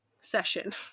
session